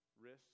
risk